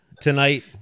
tonight